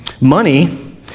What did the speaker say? money